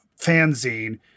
fanzine